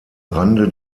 rande